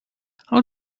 how